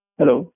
Hello